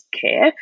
care